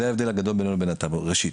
זה ההבדל הגדול בינינו לבין הטאבו, ראשית.